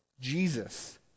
Jesus